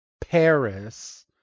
Paris